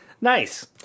Nice